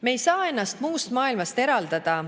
Me ei saa ennast muust maailmast eraldada